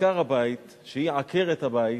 עיקר הבית, שהיא עקרת הבית,